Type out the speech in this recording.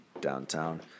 downtown